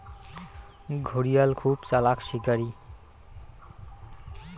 ঘড়িয়াল খুব চালাক শিকারী